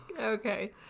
Okay